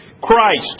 Christ